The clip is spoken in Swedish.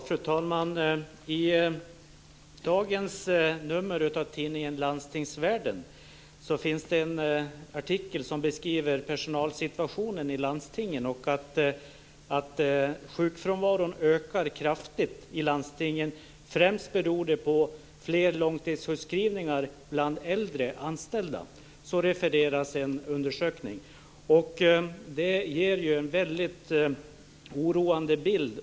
Fru talman! I dagens nummer av tidningen Landstingsvärlden finns en artikel som beskriver personalsituationen i landstingen. Enligt en undersökning som refereras ökar sjukfrånvaron i landstingen kraftigt, och främst beror detta på fler långtidssjukskrivningar bland äldre anställda. Det ger en väldigt oroande bild.